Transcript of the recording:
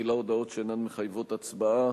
תחילה הודעות שאינן מחייבות הצבעה.